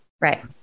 Right